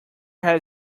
had